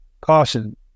caution